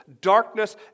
darkness